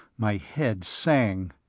my head sang.